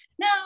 no